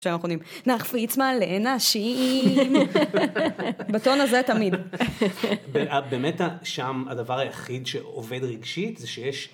נחפיץ מלא נשים בטון הזה תמיד באמת שם הדבר היחיד שעובד רגשית זה שיש